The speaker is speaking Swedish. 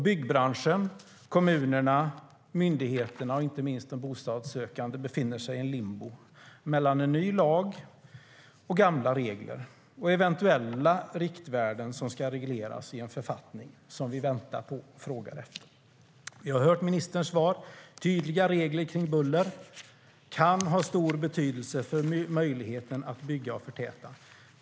Byggbranschen, kommunerna, myndigheterna och inte minst de bostadssökande befinner sig i limbo mellan en ny lag och gamla regler och eventuella riktvärden som ska regleras i en författning som vi väntar på och frågar efter. Vi har hört ministerns svar: Tydliga regler kring buller kan ha stor betydelse för möjligheten att bygga och förtäta.